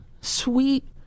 sweet